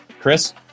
Chris